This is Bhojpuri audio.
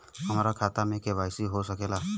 हमार खाता में के.वाइ.सी हो सकेला?